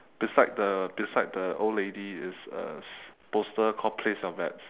beside the beside the old lady is a poster called place your bets